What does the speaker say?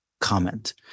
comment